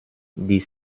dix